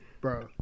bro